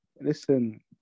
listen